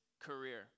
career